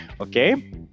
okay